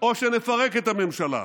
או שנפרק את הממשלה.